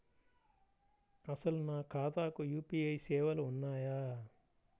అసలు నా ఖాతాకు యూ.పీ.ఐ సేవలు ఉన్నాయా?